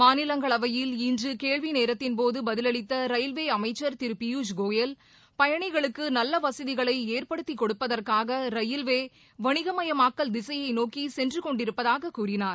மாநிலங்களவையில் இன்று கேள்விநேரத்தின்போது பதிலளித்த ரயில்வே அமைச்சர் திரு பியூஷ்கோயல் பயணிகளுக்கு நல்ல வசதிகளை ஏற்படுத்திக் கொடுப்பதற்காக ரயில்வே வணிகமயமாக்கல் திசையை நோக்கி சென்று கொண்டிருப்பதாக கூறினார்